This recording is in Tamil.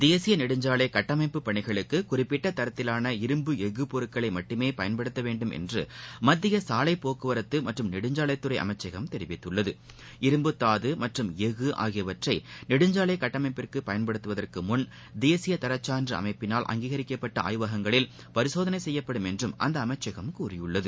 தேசிய நெடுஞ்சாலை கட்டமைப்பு பணிகளுக்கு குறிப்பிட்ட தரத்திலான இரும்பு எஃகு பொருட்கள் மட்டுமே பயன்படுத்த வேண்டும் என்று மத்திய சாலை போக்குவரத்து மற்றும் நெடுஞ்சாலைத்துறை அமைச்சகம் தெரிவித்துள்ளது இரும்பு தாது மற்றும் எஃகு ஆகியவற்றை நெடுஞ்சாலை கட்டளமப்பிற்கு பயன்படுத்துவதற்கு முன்தேசிய தர்சான்று அமைப்பினால் அங்கீகரிக்கப்பட்ட ஆய்வகங்களில் பரிசோதனை செய்யப்படும் என்றும் அந்த அமைச்சகம் கூறியுள்ளது